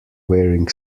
wearing